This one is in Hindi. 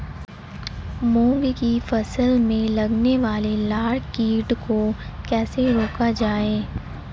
मूंग की फसल में लगने वाले लार कीट को कैसे रोका जाए?